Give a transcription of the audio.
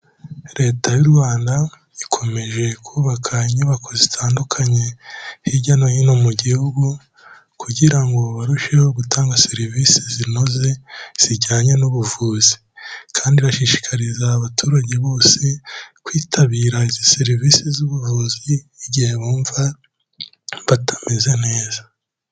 Leta y'u Rwanda, ikomeje kubaka inyubako zitandukanye hirya no hino mu gihugu, kugira ngo barusheho gutanga serivisi zinoze, zijyanye n'ubuvuzi. Kandi bashishikariza abaturage bose, kwitabira izi serivisi z'ubuvuzi, igihe bumva, batameze neza.